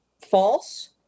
false